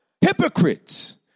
Hypocrites